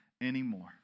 anymore